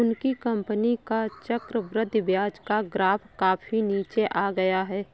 उनकी कंपनी का चक्रवृद्धि ब्याज का ग्राफ काफी नीचे आ गया है